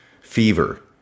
fever